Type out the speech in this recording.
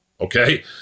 okay